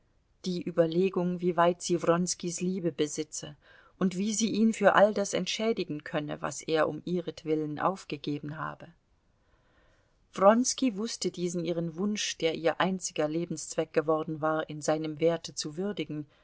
die überlegung wieweit sie wronskis liebe besitze und wie sie ihn für all das entschädigen könne was er um ihretwillen aufgegeben habe wronski wußte diesen ihren wunsch der ihr einziger lebenszweck geworden war in seinem werte zu würdigen